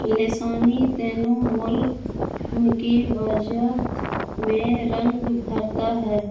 لسانی تینوں ملک کی وجاہت میں رنگ بھرتا ہے